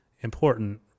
important